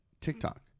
TikTok